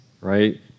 right